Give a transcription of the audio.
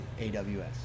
AWS